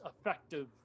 effective